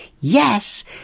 Yes